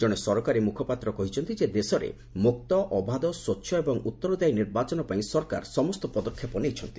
ଜଣେ ସରକାରୀ ମୁଖପାତ୍ର କହିଛନ୍ତି ଯେ ଦେଶରେ ମୁକ୍ତ ଅବାଧ ସ୍ୱଚ୍ଚ ଏବଂ ଉତ୍ତରଦାୟୀ ନିର୍ବାଚନ ପାଇଁ ସରକାର ସମସ୍ତ ପଦକ୍ଷେପ ନେଇଛନ୍ତି